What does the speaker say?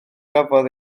gafodd